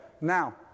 Now